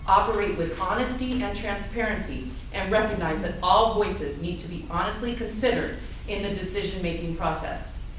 operate with honesty and transparency and recognize that all voices need to be honestly considered in the decision making process.